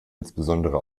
insbesondere